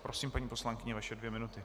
Prosím, paní poslankyně, vaše dvě minuty.